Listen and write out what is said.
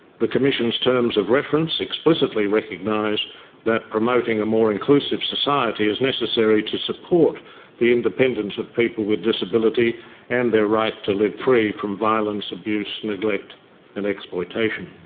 the commission's terms of reference explicitly recognise that promoting a more inclusive society is necessary to support the independence of people with disability and their right to live free from violence, abuse, neglect and exploitation.